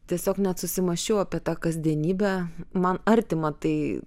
tiesiog net susimąsčiau apie tą kasdienybę man artima tai